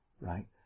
Right